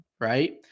right